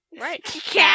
Right